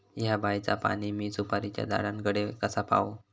हया बायचा पाणी मी सुपारीच्या झाडान कडे कसा पावाव?